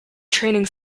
training